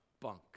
bunk